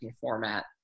format